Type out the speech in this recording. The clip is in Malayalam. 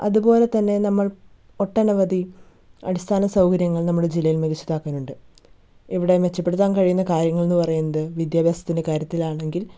അതുപോലെതന്നെ നമ്മൾ ഒട്ടനവധി അടിസ്ഥാന സൗകര്യങ്ങൾ നമ്മുടെ ജില്ലയിൽ മികച്ചതാക്കാനുണ്ട് ഇവിടെ മെച്ചപ്പെടുത്താൻ കഴിയുന്ന കാര്യങ്ങളെന്നു പറയുന്നത് വിദ്യാഭ്യാസത്തിൻ്റെ കാര്യത്തിലാണെങ്കിൽ